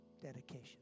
dedication